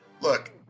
Look